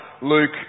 Luke